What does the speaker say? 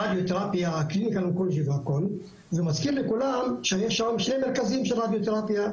רדיותרפיה והכול ומזכיר לכולם שיש לנו שני מרכזים של רדיותרפיה,